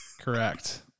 Correct